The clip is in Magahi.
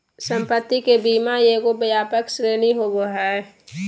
संपत्ति के बीमा एगो व्यापक श्रेणी होबो हइ